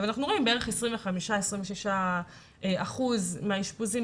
ואנחנו רואים בערך 25% - 26% מהאשפוזים